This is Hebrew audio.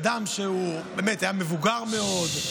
אדם שהוא באמת היה מבוגר מאוד,